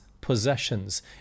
possessions